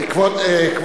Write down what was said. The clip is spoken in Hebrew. מה